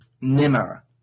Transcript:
Nimmer